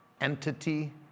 entity